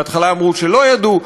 בהתחלה אמרו שלא ידעו,